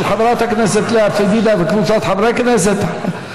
של חברת הכנסת לאה פדידה וקבוצת חברי הכנסת.